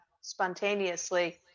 spontaneously